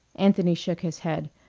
anthony shook his head.